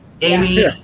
Amy